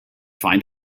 find